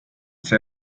see